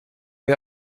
que